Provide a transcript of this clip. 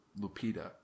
Lupita